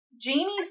Jamie's